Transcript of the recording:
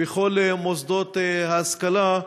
בכל מוסדות ההשכלה,